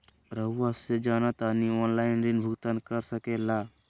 रहुआ से जाना तानी ऑनलाइन ऋण भुगतान कर सके ला?